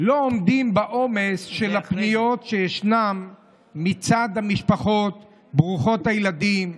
לא עומדות בעומס של הפניות שישנן מצד המשפחות ברוכות הילדים,